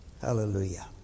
Hallelujah